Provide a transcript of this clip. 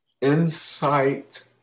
Insight